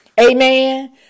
Amen